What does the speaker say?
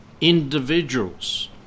individuals